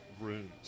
Rooms